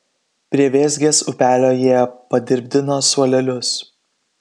prie vėzgės upelio jie padirbdino suolelius